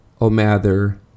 Omather